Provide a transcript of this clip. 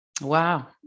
Wow